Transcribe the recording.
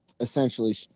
essentially